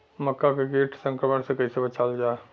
मक्का के कीट संक्रमण से कइसे बचावल जा?